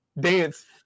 dance